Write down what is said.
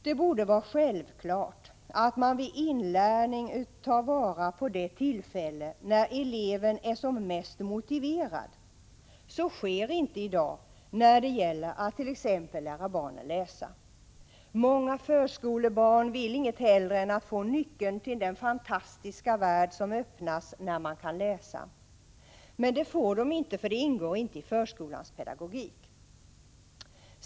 Det borde vara självklart att man vid inlärning tar vara på det tillfälle när eleven är mest motiverad. Så sker inte i dag när det gäller att t.ex. lära barnen läsa. Många förskolebarn vill inget hellre än att få nyckeln till den fantastiska värld som öppnas när man kan läsa. Men det får de inte, för det ingår inte i förskolans pedagogik.